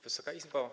Wysoka Izbo!